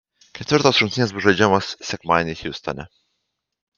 ketvirtos rungtynės bus žaidžiamos sekmadienį hjustone